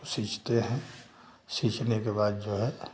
सींचते हैं सींचने के बाद जो है